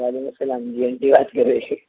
وعلیکم سلام جی آنٹی